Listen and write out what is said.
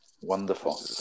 Wonderful